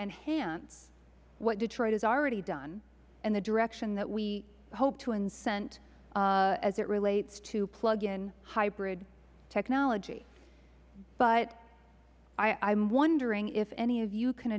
enhance what detroit has already done and the direction that we hope to incent as it relates to plug in hybrid technology i am wondering if any of you can